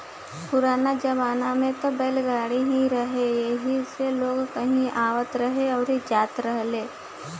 पुराना जमाना में त बैलगाड़ी ही रहे एही से लोग कहीं आवत रहे अउरी जात रहेलो